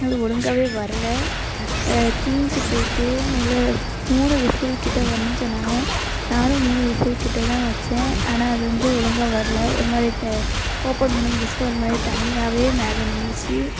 அது ஒழுங்காவே வரலை தீய்ஞ்சி போய்ட்டு மொதலில் மூணு விசில் கிட்டே வரணும்னு சொன்னாங்க நானும் மூணு விசில் கிட்டே தான் வைச்சேன் ஆனால் அது வந்து ஒழுங்கா வரல ஒரு மாதிரி ஓப்பன் பண்ணும் விசில் ஒரு மாதிரி தண்ணியாக மேலே நின்னுச்சு